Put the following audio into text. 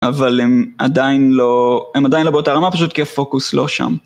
אבל הם עדיין לא באותה רמה פשוט כי הפוקוס לא שם.